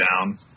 down